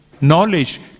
knowledge